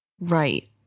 Right